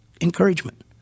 encouragement